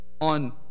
on